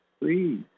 please